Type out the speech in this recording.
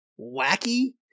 wacky